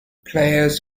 players